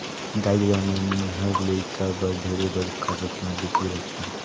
दाई ददा मन हर लेइका बर ढेरे बड़खा सपना देखे रथें